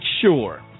sure